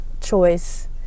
choice